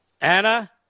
Anna